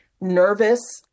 nervous